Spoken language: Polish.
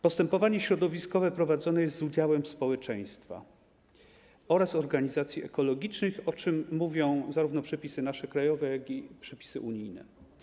Postępowanie środowiskowe prowadzone jest z udziałem społeczeństwa oraz organizacji ekologicznych, o czym mówią zarówno nasze przepisy krajowe, jak i przepisy unijne.